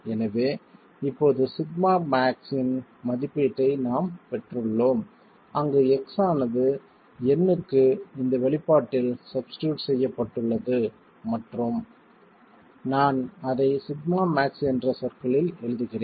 எனவே இப்போது sigma max σmax இன் மதிப்பீட்டை நாம் பெற்றுள்ளோம் அங்கு x ஆனது Nக்கு இந்த வெளிப்பாட்டில் சப்ஸ்டியூட் செய்யப்பட்டுள்ளது உள்ளது மற்றும் நான் அதை σmax என்ற சொற்களில் எழுதுகிறேன்